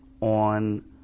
on